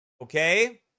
okay